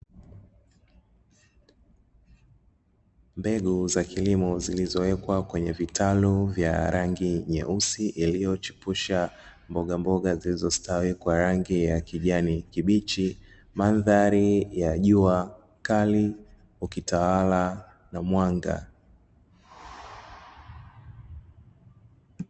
Mbegu za kilimo zilizowekwa kwenye vitalu vya rangi nyeusi iliyochipusha mboga mboga zilizostawi kwa rangi ya kijani kibichi, mandhari ya jua kali ukitawala na mwanga.